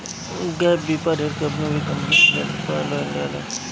gap बीमा ढेर कवनो भी कंपनी के खरीदला पअ लेहल जाला